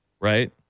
right